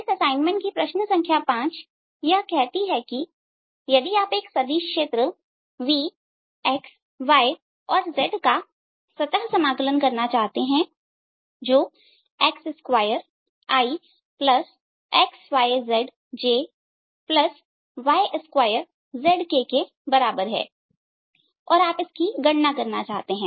इस असाइनमेंट की प्रश्न संख्या पांच यह कहती है कि यदि आप एक सदिश क्षेत्र V xy और z का सतह समाकलन करना चाहते हैं जो x2i xyz j y2z kके बराबर है और आप इसकी गणना करना चाहते हैं